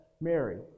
Mary